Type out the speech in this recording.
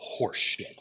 horseshit